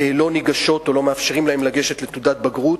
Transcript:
לא ניגשות או לא מאפשרים להן לגשת לבחינות בגרות.